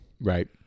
right